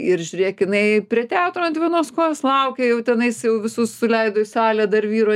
ir žiūrėk jinai prie teatro ant vienos kojos laukia jau tenais jau visus suleido į salę dar vyro